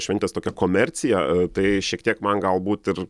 šventės tokią komerciją tai šiek tiek man galbūt ir